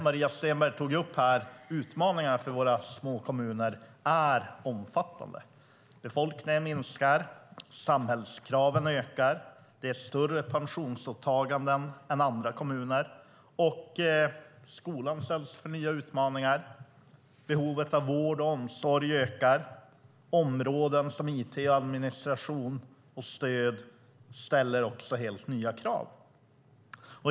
Maria Stenberg tog upp att utmaningarna för våra små kommuner är omfattande. Befolkningen minskar, samhällskraven ökar, de har större pensionsåtaganden än andra kommuner, skolan ställs inför nya utmaningar och behovet av vård och omsorg ökar. Och områden som it, administration och stöd ställer också helt nya krav.